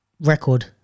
record